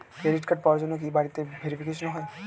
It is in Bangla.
ক্রেডিট কার্ড পাওয়ার জন্য কি বাড়িতে ভেরিফিকেশন হয়?